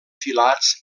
filats